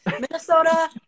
Minnesota